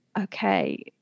okay